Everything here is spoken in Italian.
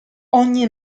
ogni